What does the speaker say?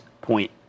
point